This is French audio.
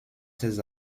ses